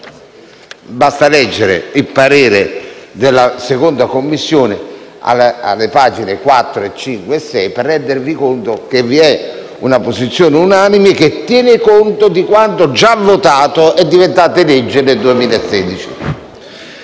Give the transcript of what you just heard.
Basta leggere il parere della 2a Commissione alle pagine 4, 5 e 6, per rendervi conto che vi è una posizione unanime che tiene conto di quanto già votato e diventato legge nel 2016.